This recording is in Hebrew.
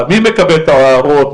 מי מקבל את ההוראות,